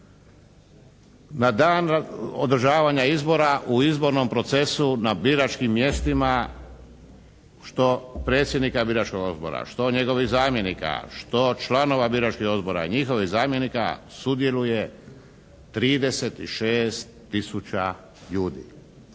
na dan održavanja izbora u izbornom procesu na biračkim mjestima što predsjednika Biračkog odbora, što njegovih zamjenika, što članova biračkih odbora, njihovih zamjenika sudjeluje 36 tisuća ljudi.